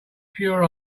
pure